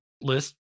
list